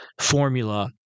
formula